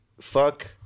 Fuck